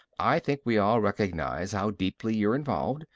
i think we all recognize how deeply you're involved.